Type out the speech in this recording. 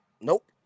Nope